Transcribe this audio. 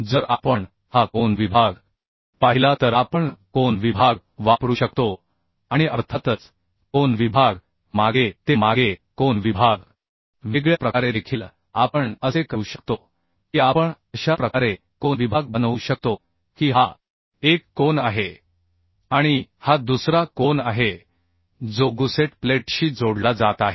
जर आपण हा कोन विभाग पाहिला तर आपण कोन विभाग वापरू शकतो आणि अर्थातच कोन विभाग मागे ते मागे कोन विभाग वेगळ्या प्रकारे देखील आपण असे करू शकतो की आपण अशा प्रकारे कोन विभाग बनवू शकतो की हा एक कोन आहे आणि हा दुसरा कोन आहे जो गुसेट प्लेटशी जोडला जात आहे